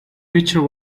feature